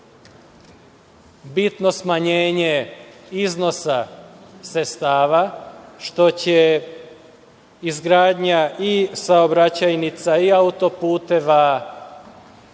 bitno smanjenje iznosa sredstava, što će izgradnja i saobraćajnica i autoputeva nesmetano